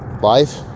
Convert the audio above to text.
life